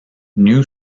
new